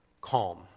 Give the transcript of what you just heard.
calm